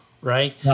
Right